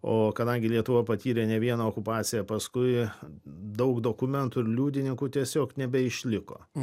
o kadangi lietuva patyrė ne vieną okupaciją paskui daug dokumentų ir liudininkų tiesiog nebeišliko